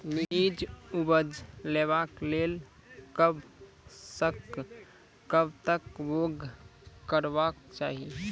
नीक उपज लेवाक लेल कबसअ कब तक बौग करबाक चाही?